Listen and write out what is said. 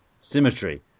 symmetry